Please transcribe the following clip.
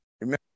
Remember